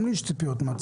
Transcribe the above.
גם לי יש ציפיות מעצמי.